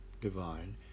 divine